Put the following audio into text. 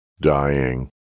dying